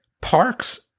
parks